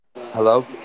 hello